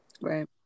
Right